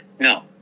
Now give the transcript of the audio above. No